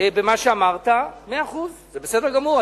במה שאמרת, מאה אחוז, זה בסדר גמור.